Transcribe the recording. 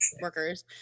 workers